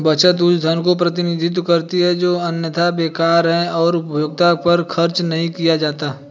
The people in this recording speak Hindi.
बचत उस धन का प्रतिनिधित्व करती है जो अन्यथा बेकार है और उपभोग पर खर्च नहीं किया जाता है